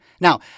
Now